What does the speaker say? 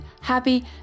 happy